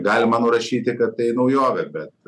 galima nurašyti kad tai naujovė bet